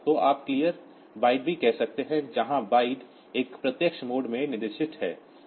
तो आप clear byte भी कह सकते हैं जहां बाइट एक डायरेक्ट मोड में निर्दिष्ट है